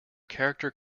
character